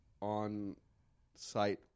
on-site